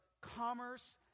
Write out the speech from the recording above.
commerce